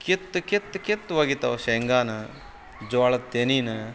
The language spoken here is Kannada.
ಕಿತ್ತು ಕಿತ್ತು ಕಿತ್ತು ಒಗಿತಾವೆ ಶೇಂಗಾನ ಜ್ವಾಳದ ತೆನೆನ